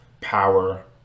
Power